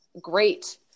great